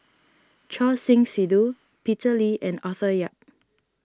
Choor Singh Sidhu Peter Lee and Arthur Yap